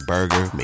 Burger